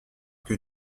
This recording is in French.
que